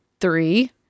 three